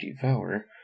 devour